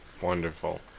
Wonderful